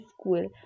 school